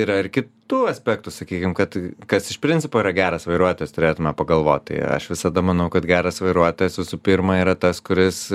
yra ir kitų aspektų sakykim kad t kas iš principo yra geras vairuotojas turėtume pagalvot tai aš visada manau kad geras vairuotojas visų pirma yra tas kuris